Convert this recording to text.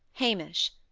hamish.